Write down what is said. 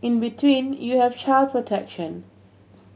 in between you have child protection